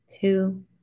two